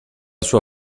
sua